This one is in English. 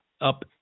up